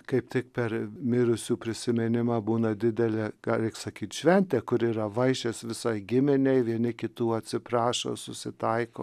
kaip tik per mirusiųjų prisiminimą būna didelė ką reik sakyt šventė kur yra vaišes visai giminei vieni kitų atsiprašo susitaiko